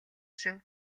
шүү